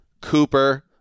Cooper